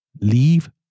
Leave